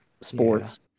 sports